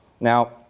Now